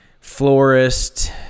florist